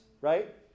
right